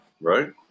right